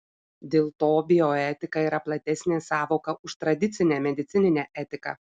dėl to bioetika yra platesnė sąvoka už tradicinę medicininę etiką